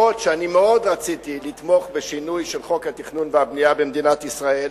אני מאוד רציתי לתמוך בשינוי של חוק התכנון והבנייה במדינת ישראל,